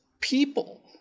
people